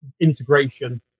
integration